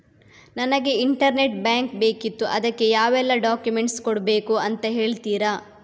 ನನಗೆ internet bank ಬೇಕಿತ್ತು ಅದಕ್ಕೆ ಯಾವೆಲ್ಲಾ ಡಾಕ್ಯುಮೆಂಟ್ಸ್ ಕೊಡ್ಬೇಕು ಅಂತ ಹೇಳ್ತಿರಾ?